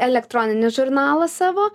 elektroninį žurnalą savo